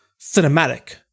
cinematic